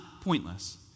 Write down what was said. pointless